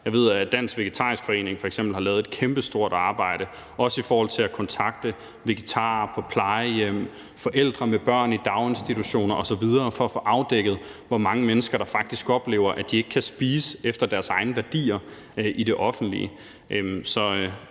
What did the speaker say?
Dansk Vegetarisk Forening f.eks. har lavet et kæmpestort arbejde, også i forhold til at kontakte vegetarer på plejehjem, forældre med børn i daginstitutioner osv. for at få afdækket, hvor mange mennesker der faktisk oplever, at de ikke kan spise efter deres egne værdier i det offentlige.